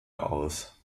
aus